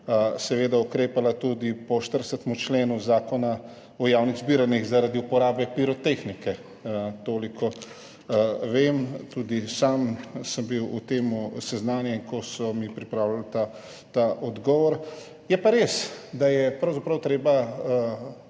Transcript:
ukrepala tudi po 40. členu Zakona o javnih zbiranjih zaradi uporabe pirotehnike. Toliko. Tudi sam sem bil o tem seznanjen, ko so mi pripravljali ta odgovor. Je pa res, da je pravzaprav treba